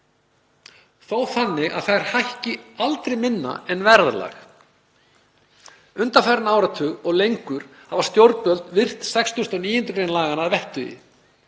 þó þannig að þær hækki aldrei minna en verðlag. Undanfarinn áratug og lengur hafa stjórnvöld virt 69. gr. laganna að vettugi.